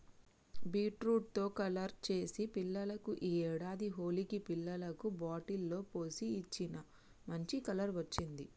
beetroot తో colour చేసి పిల్లలకు ఈ ఏడాది హోలికి పిల్లలకు బాటిల్ లో పోసి ఇచ్చిన, మంచి కలర్ వచ్చింది